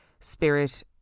spirit